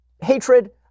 hatred